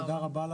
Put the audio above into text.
תודה רבה.